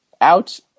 out